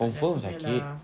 confirm sakit